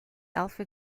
alpha